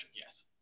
yes